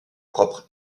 propre